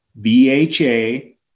vha